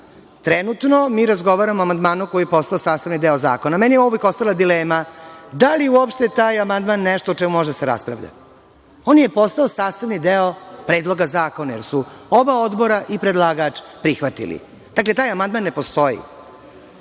Trenutno mi razgovaramo o amandmanu koji je postao sastavni deo zakona. Meni je uvek ostala dilema da je li uopšte taj amandman nešto o čemu može da se raspravlja? On je postao sastavni deo Predloga zakona, jer su oba odbora i predlagač prihvatili. Dakle, taj amandman ne postoji,